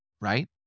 right